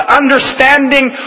understanding